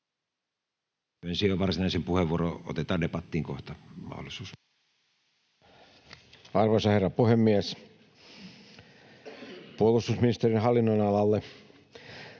Myönsin jo varsinaisen puheenvuoron. Otetaan debattiin kohta mahdollisuus. Arvoisa herra puhemies! Puolustusministeriön hallinnonalalle: